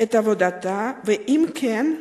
את עבודתה, ואם כן,